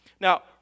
Now